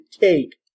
take